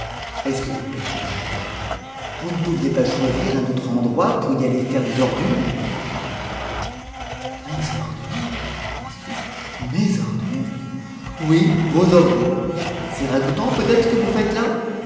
est-ce que vous perdez la tête vous ne pouviez pas choisir un autre endroit pour y aller faire vos ordures mes ordures dit soupe mes ordures oui vos ordures c'est ragoûtant peut-être ce que vous faites là